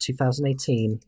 2018